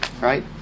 right